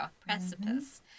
Precipice